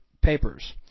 papers